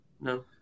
No